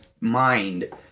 mind